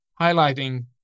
highlighting